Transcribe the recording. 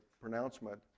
pronouncement